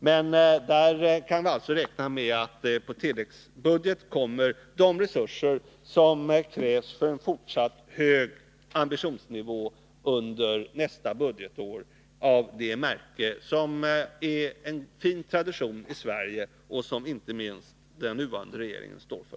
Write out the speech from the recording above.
Vi kan räkna med att på tilläggsbudget få de resurser som krävs för en fortsatt hög ambitionsnivå under nästa år av det märke som är en fin tradition i Sverige och som inte minst den nuvarande regeringen står för.